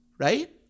Right